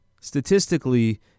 statistically